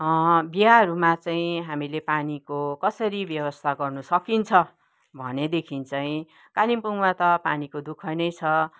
बिहाहरूमा चाहिँ हामीले पानीको कसरी व्यवस्था गर्नु सकिन्छ भनेदेखि चाहिँ कालिम्पोङमा त पानीको दुःख नै छ